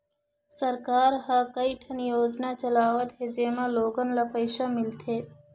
सरकार ह कइठन योजना चलावत हे जेमा लोगन ल पइसा मिलथे